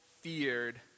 feared